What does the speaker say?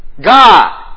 God